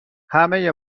همه